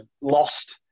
lost